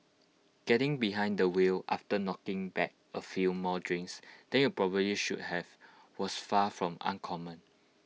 getting behind the wheel after knocking back A few more drinks than you probably should have was far from uncommon